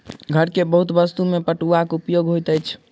घर के बहुत वस्तु में पटुआक उपयोग होइत अछि